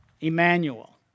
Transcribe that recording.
Emmanuel